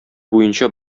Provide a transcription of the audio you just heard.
буенча